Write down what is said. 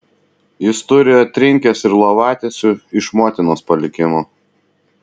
jis turi atrinkęs ir lovatiesių iš motinos palikimo